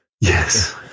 Yes